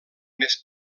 més